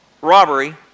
robbery